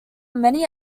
many